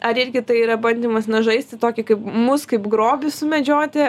ar irgi tai yra bandymas na žaisti tokį kaip mus kaip grobį sumedžioti